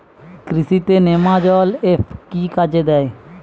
কৃষি তে নেমাজল এফ কি কাজে দেয়?